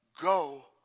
go